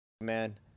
man